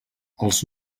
els